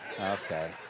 Okay